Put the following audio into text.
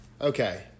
Okay